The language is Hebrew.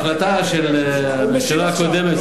ההחלטה של הממשלה הקודמת,